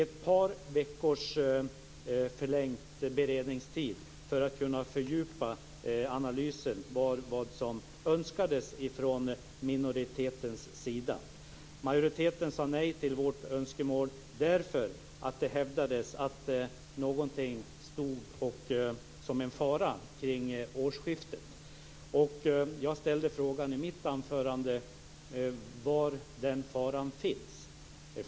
Ett par veckors förlängd beredningstid för att kunna fördjupa analysen var vad som önskades från minoritetens sida. Majoriteten sade nej till vårt önskemål. Det hävdades att det fanns en fara kring årsskiftet. Jag frågade i mitt anförande var den faran finns.